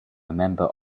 member